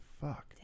fuck